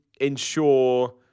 ensure